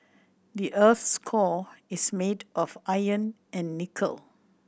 the earth's core is made of iron and nickel